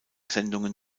sendungen